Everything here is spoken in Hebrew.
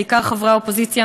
בעיקר חברי האופוזיציה,